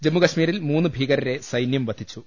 ജമ്മു കശ്മീരിൽ മൂന്ന് ഭീകരരെ സൈന്യം വധിച്ചു